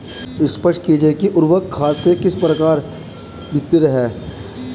स्पष्ट कीजिए कि उर्वरक खाद से किस प्रकार भिन्न है?